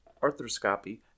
arthroscopy